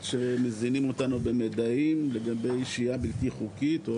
שמזינים אותנו במיידעים לגבי שהייה בלתי חוקית,